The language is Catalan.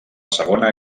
segona